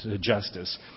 justice